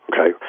Okay